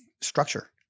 structure